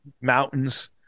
mountains